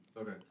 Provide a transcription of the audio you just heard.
Okay